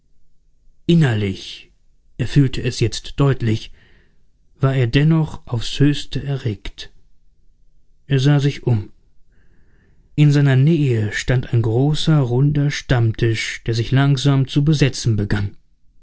sich innerlich er fühlte es jetzt deutlich war er dennoch aufs höchste erregt er sah sich um in seiner nähe stand ein großer runder stammtisch der sich langsam zu besetzen begann